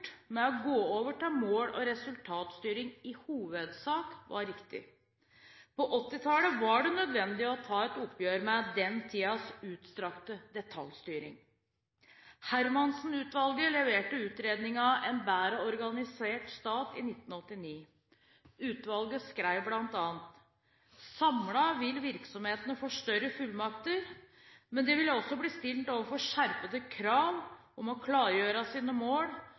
med å gå over til mål- og resultatstyring, i hovedsak var riktig. På 1980-tallet var det nødvendig å ta et oppgjør med den tidens utstrakte detaljstyring. Hermansenutvalget leverte utredningen «En bedre organisert stat» i 1989. Utvalget skrev bl.a.: «Samlet vil virksomhetene få større fullmakter, men de vil også bli stilt overfor skjerpede krav om å klargjøre sine mål